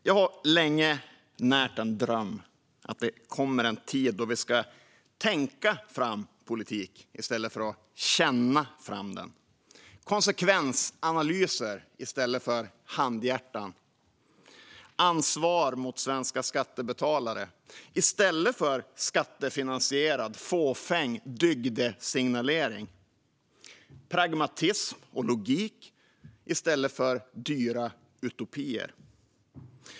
Jag har länge närt en dröm om att det kommer en tid då vi ska tänka fram politik i stället för att känna fram den - konsekvensanalyser i stället för handhjärtan, ansvar gentemot svenska skattebetalare i stället för skattefinansierad, fåfäng dygdesignalering samt pragmatism och logik i stället för dyra utopier.